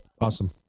Awesome